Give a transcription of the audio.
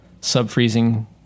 sub-freezing